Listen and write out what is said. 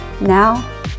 Now